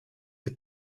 der